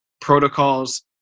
protocols